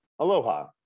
Aloha